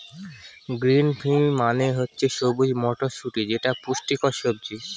green pea মানে হচ্ছে সবুজ মটরশুটি যেটা পুষ্টিকর সবজি